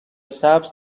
سبز